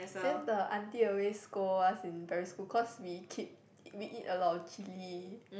then the aunt always scold us in primary school cause we keep we eat a lot of chilli